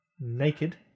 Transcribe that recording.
naked